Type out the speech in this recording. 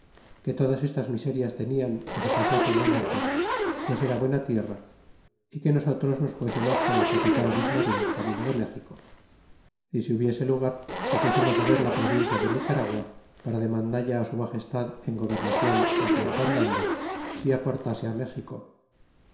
que todas estas miserias tenian que se pasasen naco pues era buena tierra é que nosotros nos fuésemos con el capitan luis marin camino de méxico é si hubiese lugar que fuésemos ver la provincia de nicaragua para demandalla á su magestad en gobernacion el tiempo andando si aportase méxico